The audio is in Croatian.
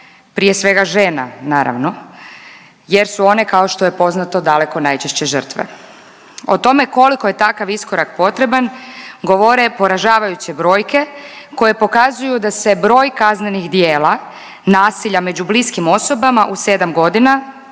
prije svega žena naravno jer su one kao što je poznato daleko najčešće žrtve. O tome koliko je takav iskorak potreban govore poražavajuće brojke koje pokazuju da se broj kaznenih djela nasilja među bliskim osobama u 7.g.,